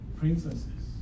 princesses